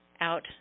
out